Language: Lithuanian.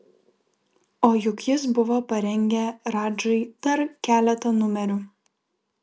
o juk jis buvo parengę radžai dar keletą numerių